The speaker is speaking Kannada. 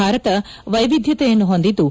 ಭಾರತ ವೈವಿಧ್ಯತೆಯನ್ನು ಹೊಂದಿದ್ದು